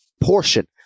portion